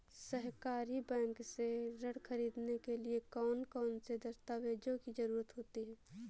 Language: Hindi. सहकारी बैंक से ऋण ख़रीदने के लिए कौन कौन से दस्तावेजों की ज़रुरत होती है?